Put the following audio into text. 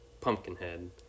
Pumpkinhead